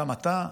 גם אתה,